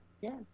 Yes